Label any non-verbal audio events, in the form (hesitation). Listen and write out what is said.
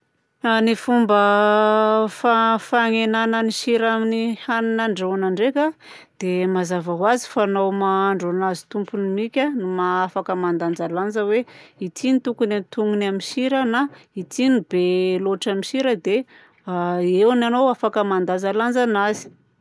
A (hesitation) ny fomba a (hesitation) fa- fagnenana ny sira amin'ny hanina andrahoina ndraika a dia mazava ho azy fa anao mahandro anazy tompony mihika no maha afaka mandanjalanja hoe ity no tokony antonony amin'ny sira na ity no be loatra amin'ny sira dia a (hesitation) eo ny anao afaka mandanjalanja anazy.